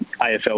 AFL